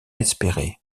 espérer